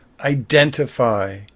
identify